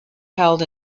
held